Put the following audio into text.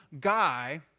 guy